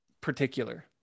particular